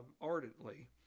ardently